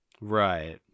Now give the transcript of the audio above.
Right